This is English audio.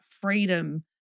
freedom